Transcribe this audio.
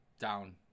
Down